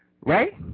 right